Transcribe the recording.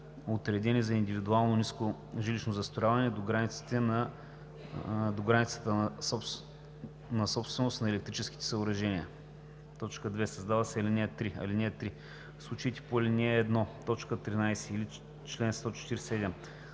отредени за индивидуално ниско жилищно застрояване, до границата на собственост на електрическите съоръжения.“ 2. Създава се ал. 3: „(3) В случаите по ал. 1, т. 13 и чл. 147,